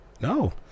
no